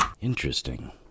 Interesting